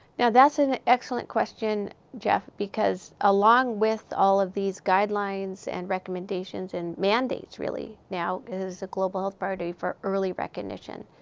now, that's an excellent question, jeff. because along with all of these guidelines, and recommendations, and mandates, really now, is a global health priority for early recognition.